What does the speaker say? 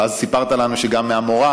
ואז, סיפרת לנו, קיבלת גם מהמורה